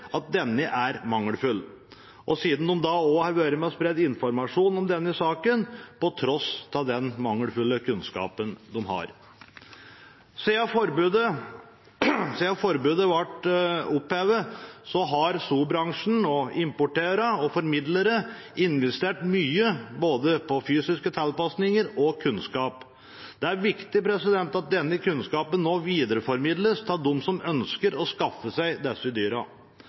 at denne er mangelfull og de også har vært med på å spre informasjon om denne saken, på tross av den mangelfulle kunnskapen de har. Siden forbudet ble opphevet, har zoo-bransjen, importører og formidlere investert mye både i fysiske tilpasninger og i kunnskap. Det er viktig at denne kunnskapen nå videreformidles til dem som ønsker å skaffe seg disse